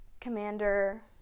commander